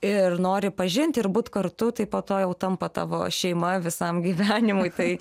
ir nori pažinti ir būt kartu tai po to jau tampa tavo šeima visam gyvenimui tai